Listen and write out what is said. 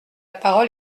parole